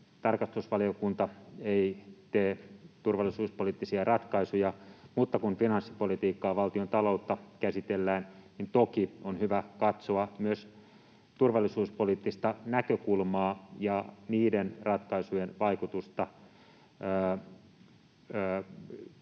tarkastusvaliokunta ei tee turvallisuuspoliittisia ratkaisuja, mutta kun finanssipolitiikkaa, valtiontaloutta käsitellään, niin toki on hyvä katsoa myös turvallisuuspoliittista näkökulmaa ja niiden ratkaisujen vaikutusta siihen,